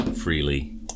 freely